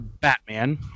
Batman